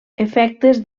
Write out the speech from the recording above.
efectes